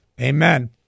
Amen